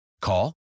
Call